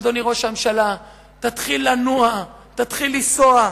אדוני ראש הממשלה: תתחיל לנוע, תתחיל לנסוע.